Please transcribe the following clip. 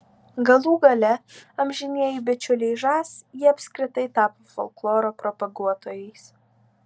galų gale amžinieji bičiuliai žas jie apskritai tapo folkloro propaguotojais